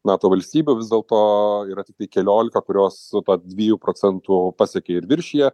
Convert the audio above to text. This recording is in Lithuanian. nato valstybių vis dėlto yra tiktai keliolika kurios su ta dviejų procentų pasekė ir viršija